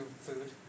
food